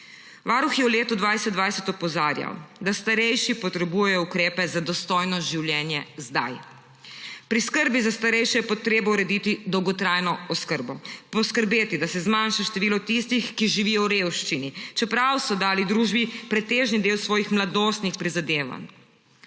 Varuh je v letu 2020 opozarjal, da starejši potrebujejo ukrepe za dostojno življenje zdaj. Pri skrbi za starejše je potrebno urediti dolgotrajno oskrbo, poskrbeti, da se zmanjša število tistih, ki živijo v revščini, čeprav so dali družbi pretežni del svojih mladostnih prizadevanj.